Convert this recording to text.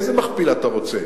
איזה מכפיל אתה רוצה?